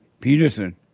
Peterson